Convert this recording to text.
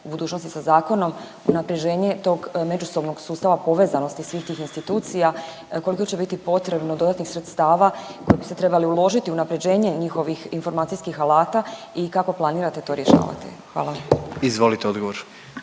budućnosti sa zakonom unaprjeđenje tog međusobnog sustava povezanosti svih tih institucija, koliko će biti potrebno dodatnih sredstava koja bi se trebali uložiti u unaprjeđenje njihovih informacijskih alata i kako planirate to rješavati? Hvala. **Jandroković,